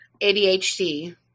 ADHD